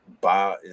buy